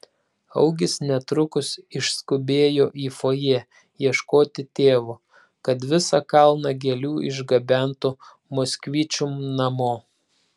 augis netrukus išskubėjo į fojė ieškoti tėvo kad visą kalną gėlių išgabentų moskvičium namo